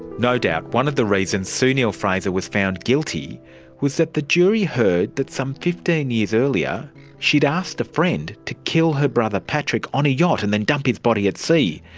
no doubt one of the reasons sue neill-fraser was found guilty was that the jury heard that some fifteen years earlier she had asked a friend to kill her brother patrick on a yacht and then dump his body at sea.